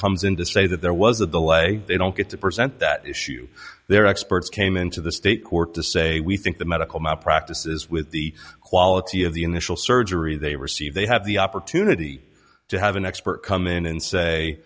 comes in to say that there was that the leg they don't get to present that issue their experts came into the state court to say we think the medical malpractise is with the quality of the initial surgery they receive they have the opportunity to have an expert come in and say